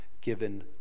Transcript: given